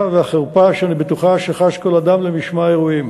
והחרפה שאני בטוחה שחש כל אדם למשמע האירועים.